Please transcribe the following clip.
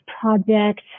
Project